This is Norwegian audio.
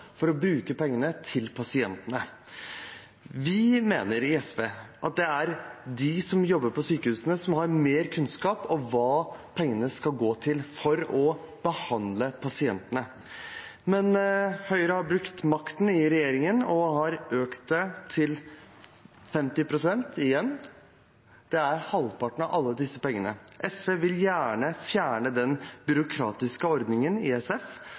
å bruke pengene på pasientene. Vi i SV mener at det er de som jobber på sykehusene, som har mer kunnskap om hva pengene skal gå til for å behandle pasientene. Men Høyre har brukt makten i regjeringen og har økt det til 50 pst. igjen, det er halvparten av alle disse pengene. SV vil gjerne fjerne den byråkratiske ordningen,